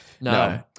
No